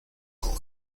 con